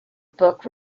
book